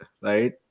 right